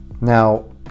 Now